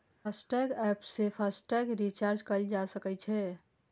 FASTag app सं FASTag recharge कैल जा सकै छै